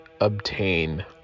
obtain